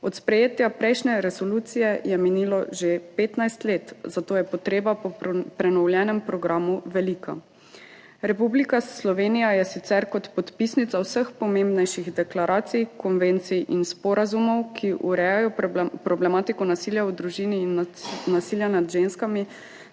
Od sprejetja prejšnje resolucije je minilo že 15 let, zato je potreba po prenovljenem programu velika. Republika Slovenija je sicer kot podpisnica vseh pomembnejših deklaracij, konvencij in sporazumov, ki urejajo problematiko nasilja v družini in nasilja nad ženskami,